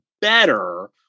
better